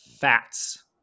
fats